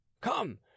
come